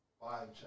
five